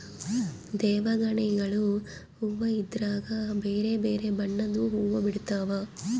ದೇವಗಣಿಗಲು ಹೂವ್ವ ಇದ್ರಗ ಬೆರೆ ಬೆರೆ ಬಣ್ಣದ್ವು ಹುವ್ವ ಬಿಡ್ತವಾ